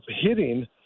hitting